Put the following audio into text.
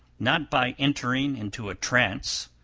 not by entering into a trance,